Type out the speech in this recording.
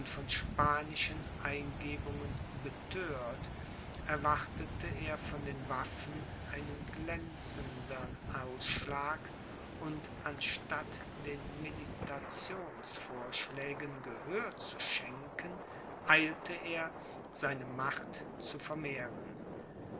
von spanischen eingebungen bethört erwartete er von den waffen einen glänzendern ausschlag und anstatt den mediationsvorschlägen gehör zu schenken eilte er seine macht zu vermehren